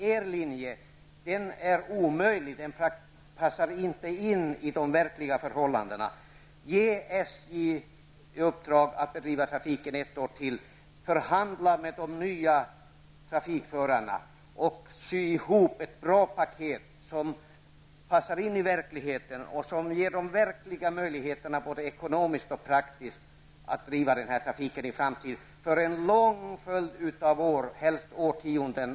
Er linje är omöjlig. Den passar inte in i de verkliga förhållandena. Ge SJ i uppdrag att bedriva trafiken ett år till. Förhandla med de nya trafikansvariga! Sy ihop ett bra paket som passar in i verkligheten och som ger reella möjligheter, både ekonomiskt och praktiskt, att driva denna trafik i framtiden för en lång följd av år, helst årtionden.